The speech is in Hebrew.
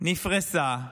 נפרסה,